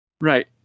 Right